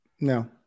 No